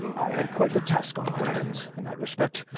i had quite the task on my hands in that respect,